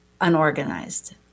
unorganized